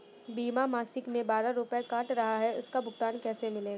बीमा मासिक में बारह रुपय काट रहा है इसका भुगतान कैसे मिलेगा?